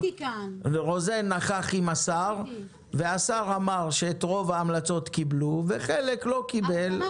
והשר אמר שאת רוב ההמלצות קיבלו אבל חלק הוא לא קיבל,